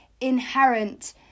inherent